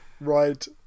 Right